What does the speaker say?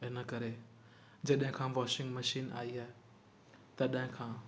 इनकरे जॾहिं खां वॉशिंग मशीन आई आहे तॾहिं खां